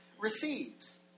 receives